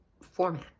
format